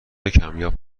کمیاب